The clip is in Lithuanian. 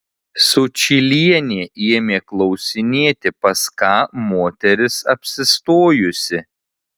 sučylienė ėmė klausinėti pas ką moteris apsistojusi